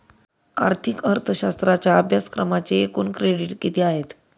आर्थिक अर्थशास्त्राच्या अभ्यासक्रमाचे एकूण क्रेडिट किती आहेत?